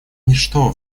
ничто